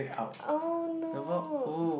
oh no